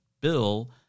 bill